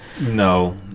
No